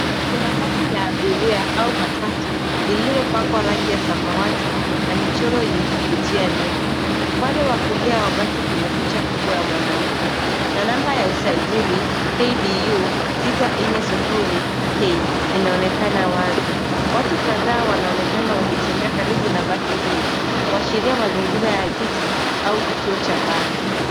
Kunu basi la abiria au matatu lililopakwa rangi ya samawati na michoro yenye kuvutia nyuma. Upande wa kulia wa basi kuna picha kubwa ya mwanamke na namba ya usajili KDU 640K inaonekana wazi. Watu kadhaa wanaonekana wakitembea karibu na basi hilo kuashiria mazingira ya jiji au kituo cha basi.